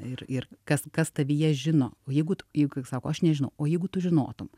ir ir kas kas tavyje žino o jeigu jeigu jis sako aš nežinau o jeigu tu žinotum